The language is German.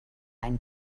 einen